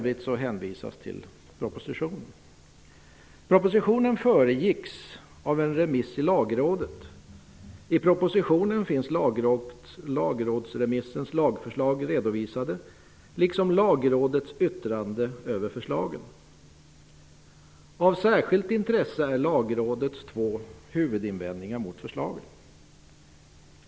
I propositionen finns lagrådsremissens lagförslag redovisade, liksom Lagrådets yttrande över förslagen. Av särskilt intresse är Lagrådets två huvudinvändningar mot förslagen.